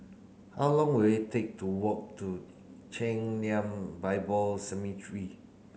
how long will it take to walk to Chen Lien Bible Seminary